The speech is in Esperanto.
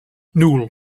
nul